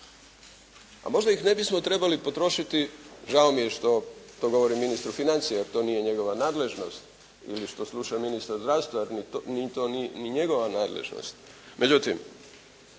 A možda ih ne bismo trebali potrošili, žao mi je što to govorim ministru financija jer to nije njegova nadležnost ili što sluša ministar zdravstva, ni to ni njegova nadležnost međutim